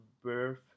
birth